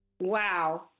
wow